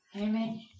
Amen